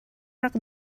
rak